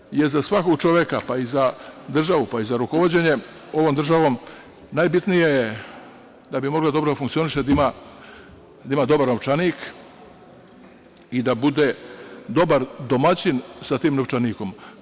Ono što je za svakog čoveka, pa i za državu, pa i za rukovođenje ovom državom, najbitnije jeste, da bi mogla dobro da funkcioniše, da ima dobar novčanik i da bude dobar domaćin sa tim novčanikom.